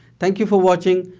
thank you for watching.